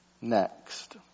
next